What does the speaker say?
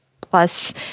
plus